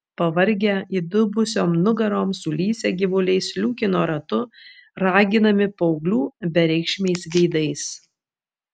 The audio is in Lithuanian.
pavargę įdubusiom nugarom sulysę gyvuliai sliūkino ratu raginami paauglių bereikšmiais veidais